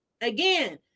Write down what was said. again